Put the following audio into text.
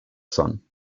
son